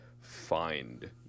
find